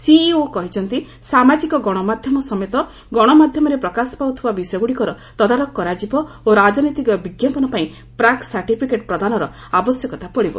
CEO କହିଛନ୍ତି ସାମାଜିକ ଗଣମାଧ୍ୟମ ସମେତ ଗଣମାଧ୍ୟମରେ ପ୍ରକାଶ ପାଉଥିବା ବିଷୟଗୁଡ଼ିକର ତଦାରଖ କରାଯିବ ଓ ରାଜନୈତିକ ବିଜ୍ଞାପନ ପାଇଁ ପ୍ରାକ୍ ସାର୍ଟିଫିକେଟ୍ ପ୍ରଦାନର ଆବଶ୍ୟକତା ପଡ଼ିବ